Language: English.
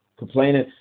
Complaining